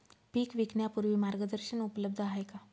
पीक विकण्यापूर्वी मार्गदर्शन उपलब्ध आहे का?